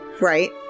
Right